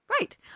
Right